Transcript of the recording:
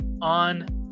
on